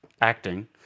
acting